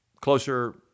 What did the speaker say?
closer